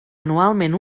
anualment